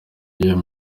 n’iyo